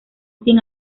sin